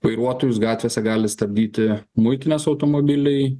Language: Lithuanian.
vairuotojus gatvėse gali stabdyti muitinės automobiliai